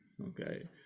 Okay